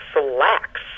slacks